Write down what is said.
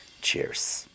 cheers